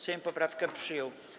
Sejm poprawkę przyjął.